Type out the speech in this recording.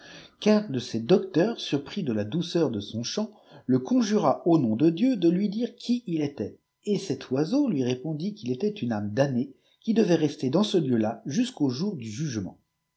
de ces docteurs surpris de la douceur de son chant le conjura au nom de dieu de lui dire qui il était et cet oiseau lui répondit qu'il était une âme damnée qui devait rester dans ce lieu-là jusqu'au jour du jugement